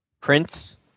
Prince